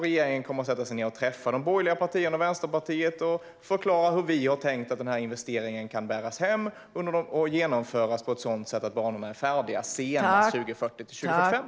Regeringen kommer att sätta sig ned och träffa de borgerliga partierna och Vänsterpartiet för att förklara hur vi har tänkt att den här investeringen kan bära sig och genomföras på ett sådant sätt att banorna är färdiga senast 2040-2045.